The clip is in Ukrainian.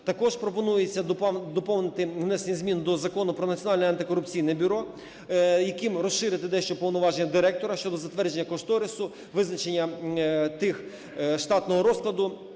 Також пропонується доповнити внесення змін до Закону про Національне антикорупційне бюро, яким розширити дещо повноваження директора щодо затвердження кошторису, визначення штатного розкладу,